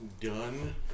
done